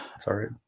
Sorry